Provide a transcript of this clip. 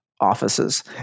offices